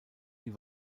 die